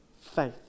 Faith